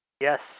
Yes